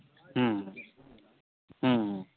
ᱦᱮᱸ ᱦᱮᱸ